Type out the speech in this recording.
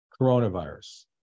coronavirus